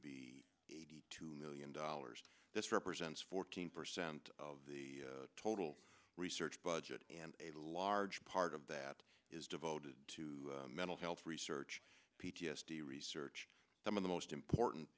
be eighty two million dollars this represents fourteen percent of the total research budget and a large part of that is devoted to mental health research p t s d research some of the most important